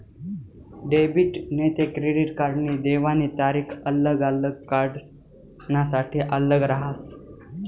debit नैते credit कार्डनी देवानी तारीख आल्लग आल्लग कार्डसनासाठे आल्लग रहास